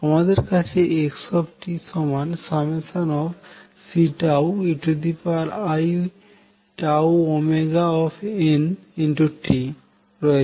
আমাদের কাছে x Ceiτωt রয়েছে